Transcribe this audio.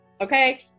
Okay